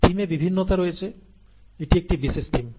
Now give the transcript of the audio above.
থিমে বিভিন্নতা রয়েছে এটি একটি বিশেষ থিম